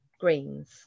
greens